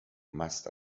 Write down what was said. must